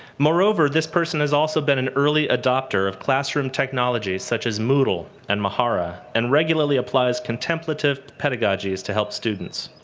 moreover, this person has also been an early adopter of classroom technologies such as moodle and mahara, and regularly applies contemplative pedagogies to help students.